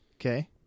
Okay